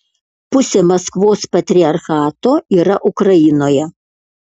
pusė maskvos patriarchato yra ukrainoje